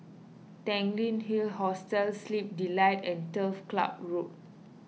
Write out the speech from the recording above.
Tanglin Hill Hostel Sleep Delight and Turf Club Road